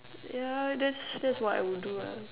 yeah that's that's what I will do lah